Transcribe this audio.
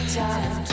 time